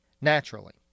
Naturally